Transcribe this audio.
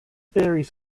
theories